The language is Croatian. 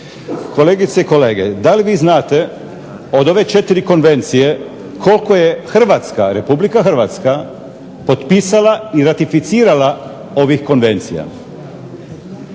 Kolegice i kolege, da li vi znate od ove 4 konvencije koliko je RH potpisala i ratificirala ovih konvencija?